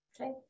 Okay